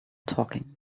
talking